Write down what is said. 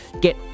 Get